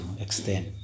extend